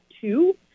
two